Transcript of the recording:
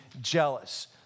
jealous